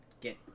get